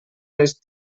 les